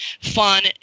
fun